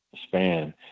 span